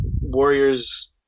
Warriors